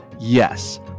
yes